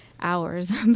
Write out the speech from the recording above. hours